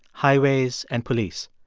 highways and police.